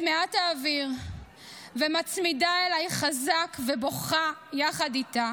מעט האוויר ומצמידה אליי חזק ובוכה יחד איתה,